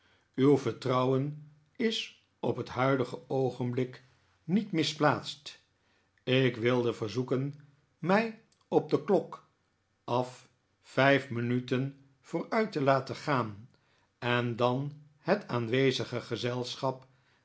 uw vertrouwen is op het huidige oogenblik niet misplaatst ik wilde verzoeken mij op de klok af vijf minuteh vooruit te laten gaan en dan het aanwezige gezelschap